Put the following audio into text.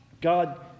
God